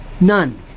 None